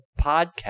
podcast